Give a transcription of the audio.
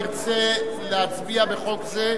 ירצה להצביע בחוק זה?